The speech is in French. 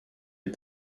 est